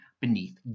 beneath